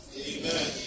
Amen